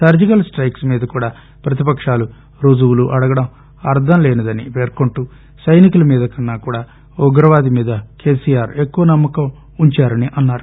surgical strike మీద కూడా ప్రతిపకాలు రుజువులు అడగడం అర్థంలేనిదని లేనిదని పేర్కొంటూ సైనికుల మీద కన్నా కూడా ఉగ్రవాది మీద కేసీఆర్ ఎక్కువ నమ్మకం ఉంచారని అన్నారు